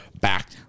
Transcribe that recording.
back